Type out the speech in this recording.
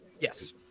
Yes